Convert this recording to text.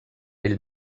ell